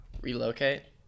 Relocate